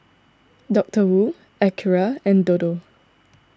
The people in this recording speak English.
Doctor Wu Acura and Dodo